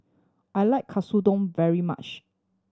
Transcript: I like Katsudon very much